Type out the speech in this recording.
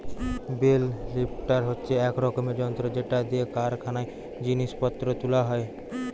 bell lifter হচ্ছে এক রকমের যন্ত্র যেটা দিয়ে কারখানায় জিনিস পত্র তুলা হয়